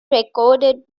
recorded